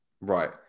Right